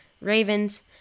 Ravens